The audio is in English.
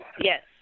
yes